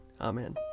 Amen